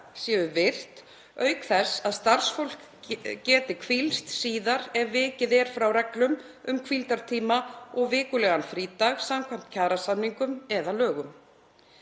séu virt auk þess að starfsfólk geti hvílst síðar ef vikið er frá reglum um hvíldartíma og vikulegan frídag samkvæmt kjarasamningum eða lögum.